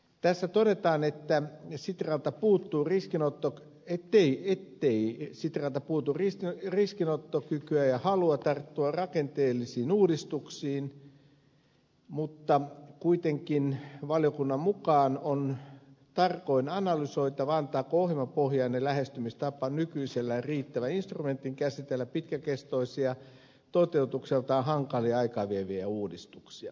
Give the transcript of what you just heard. tässä todetaan ettei sitralta puutu riskinottokykyä ja halua tarttua rakenteellisiin uudistuksiin mutta valiokunnan mukaan on kuitenkin tarkoin analysoitava antaako ohjelmapohjainen lähestymistapa nykyisellään riittävän instrumentin käsitellä pitkäkestoisia toteutukseltaan hankalia ja aikaa vieviä uudistuksia